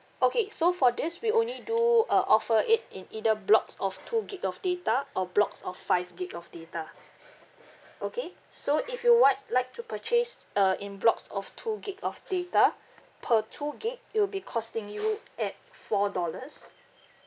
okay so for this we only do uh offer it in either blocks of two gigabyte of data or blocks of five gigabyte of data okay so if you what like to purchase uh in blocks of two gigabyte of data per two gigabyte it will be costing you at four dollars